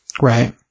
Right